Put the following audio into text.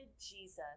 Jesus